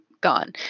gone